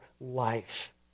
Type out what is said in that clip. life